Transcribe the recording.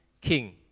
King